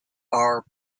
are